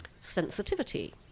sensitivity